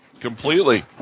completely